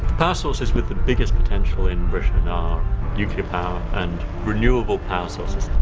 power sources with the biggest potential in britain are nuclear power and renewable power sources.